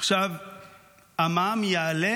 המע"מ יעלה,